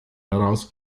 daraus